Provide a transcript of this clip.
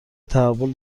تحول